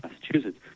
Massachusetts